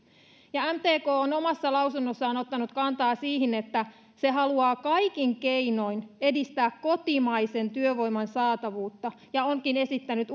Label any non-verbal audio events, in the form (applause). mtk on omassa lausunnossaan ottanut kantaa siihen että se haluaa kaikin keinoin edistää kotimaisen työvoiman saatavuutta ja onkin esittänyt (unintelligible)